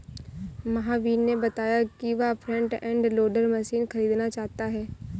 महावीर ने बताया कि वह फ्रंट एंड लोडर मशीन खरीदना चाहता है